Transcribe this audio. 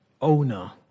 owner